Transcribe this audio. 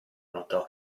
notò